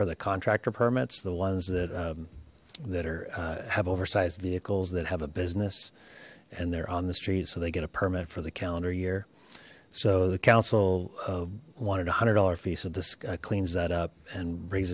for the contractor permits the ones that that are have oversized vehicles that have a business and they're on the street so they get a permit for the calendar year so the council wanted one hundred dollars fee so this cleans that up and raise